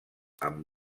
amb